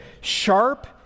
sharp